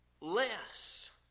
less